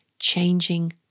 changing